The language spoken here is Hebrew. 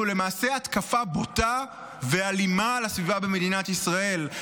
שהוא למעשה התקפה בוטה ואלימה על הסביבה במדינת ישראל.